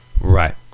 Right